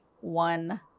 one